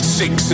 six